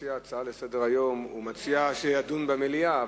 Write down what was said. מציע ההצעה לסדר-היום מציע שהנושא יידון במליאה.